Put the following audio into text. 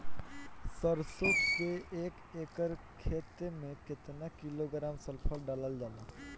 सरसों क एक एकड़ खेते में केतना किलोग्राम सल्फर डालल जाला?